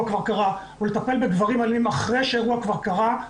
כבר קרה או לטפל בגברים אלימים אחרי שהאירוע כבר קרה,